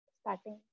starting